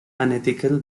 unethical